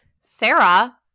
Sarah